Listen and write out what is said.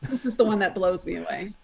this is the one that blows me away.